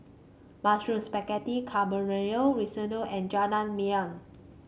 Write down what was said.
Mushroom Spaghetti Carbonara Risotto and Jajangmyeon